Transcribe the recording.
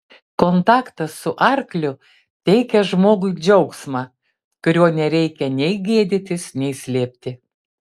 kontaktas su arkliu teikia žmogui džiaugsmą kurio nereikia nei gėdytis nei slėpti